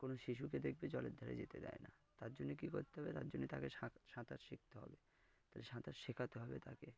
কোনো শিশুকে দেখবে জলের ধারে যেতে দেয় না তার জন্যে কী করতে হবে তার জন্যে তাকে সা সাঁতার শিখতে হবে তালে সাঁতার শেখাতে হবে তাকে